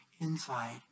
inside